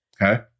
Okay